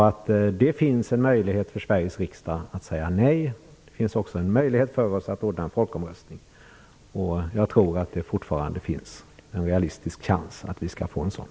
Det finns alltså en möjlighet för Sveriges riksdag att säga nej. Vi har också möjlighet att ordna en folkomröstning. Jag tror att det fortfarande finns en realistisk chans att vi får en sådan.